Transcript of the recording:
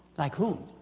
like who.